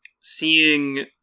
seeing